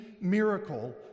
miracle